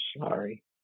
sorry